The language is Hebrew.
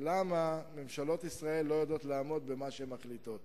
למה ממשלות ישראל לא יודעות לעמוד במה שהן מחליטות?